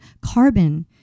carbon